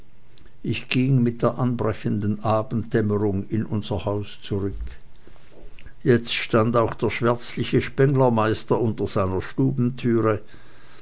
ich ging mit der anbrechenden abenddämmerung in unser haus zurück jetzt stand auch der schwärzliche spenglermeister unter seiner